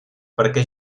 perquè